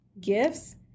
gifts